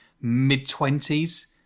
mid-twenties